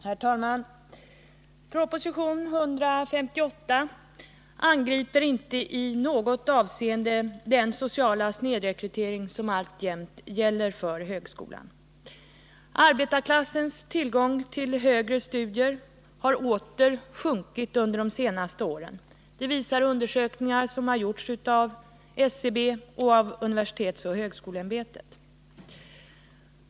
Herr talman! I proposition 158 angriper man inte i något avseende den sociala snedrekrytering som alltjämt gäller för högskolan. Arbetarklassens möjligheter till högre studier har åter minskat under de senaste åren. Det visar undersökningar som har gjorts av SCB och universitetsoch högskoleämbetet.